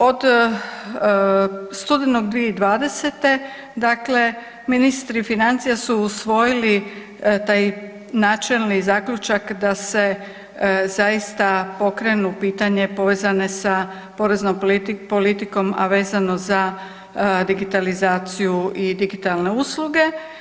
Od studenog 2020., dakle ministri financija su usvojili taj načelni zaključak da se zaista pokrene pitanje povezane sa poreznom politikom a vezano za digitalizaciju i digitalne usluge.